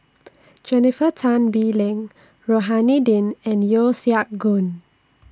Jennifer Tan Bee Leng Rohani Din and Yeo Siak Goon